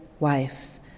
Wife